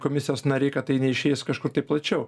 komisijos nariai kad tai neišeis kažkur tai plačiau